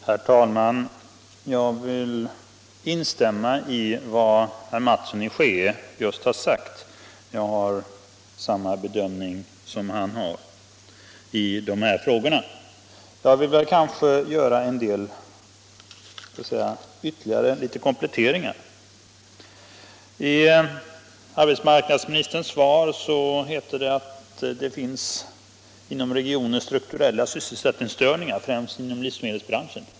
Herr talman! Jag vill instämma i vad herr Mattsson i Skee just har sagt. Jag har samma bedömning som han av dessa frågor. Men jag vill göra en del kompletteringar. I arbetsmarknadsministerns svar heter det att det inom regionen finns strukturella sysselsättningsstörningar, främst inom livsmedelsbranschen.